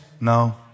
No